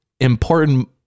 important